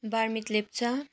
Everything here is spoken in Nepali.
बारमित लेप्चा